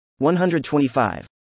125